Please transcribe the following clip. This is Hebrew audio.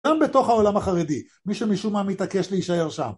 גם בתוך העולם החרדי, מי שמשום מה מתעקש להישאר שם.